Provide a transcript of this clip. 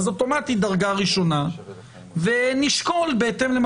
אז אוטומטי דרגה ראשונה ונשקול בהתאם.